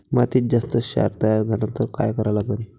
मातीत जास्त क्षार तयार झाला तर काय करा लागन?